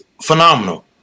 phenomenal